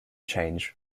change